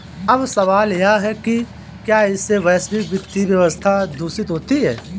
अब सवाल यह है कि क्या इससे वैश्विक वित्तीय व्यवस्था दूषित होती है